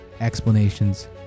explanations